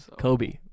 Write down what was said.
Kobe